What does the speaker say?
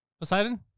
Poseidon